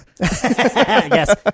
Yes